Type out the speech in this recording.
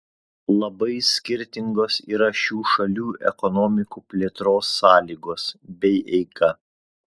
labai skirtingos yra šių šalių ekonomikų plėtros sąlygos bei eiga